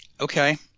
okay